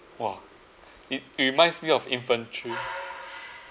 !wah! it reminds me of infantry